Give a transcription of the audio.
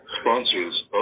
sponsors